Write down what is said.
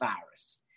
virus